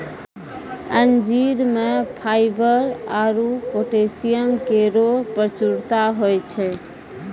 अंजीर म फाइबर आरु पोटैशियम केरो प्रचुरता होय छै